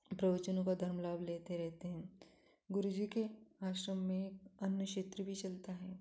प्रवचनों का धर्म लाभ लेते रहते हैं गुरुजी के आश्रम में अन्न क्षेत्र भी चलता है